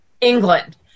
England